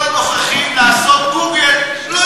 אני מזמין את כל הנוכחים לעשות גוגל, לא יותר.